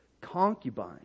concubine